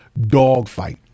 dogfight